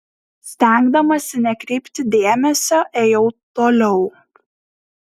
stengdamasi nekreipti dėmesio ėjau toliau